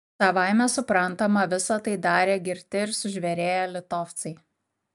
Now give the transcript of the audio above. savaime suprantama visa tai darė girti ir sužvėrėję litovcai